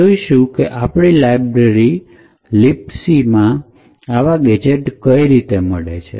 હવે જોઈશું કે આપણે આપણી Libc લાયબ્રેરીમાં આવા ગેજેટ કઈ રીતે મળે